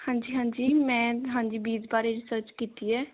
ਹਾਂਜੀ ਹਾਂਜੀ ਮੈਂ ਹਾਂਜੀ ਬੀਜ ਬਾਰੇ ਰਿਸਰਚ ਕੀਤੀ ਹੈ